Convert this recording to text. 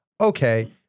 okay